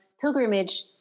pilgrimage